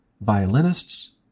violinists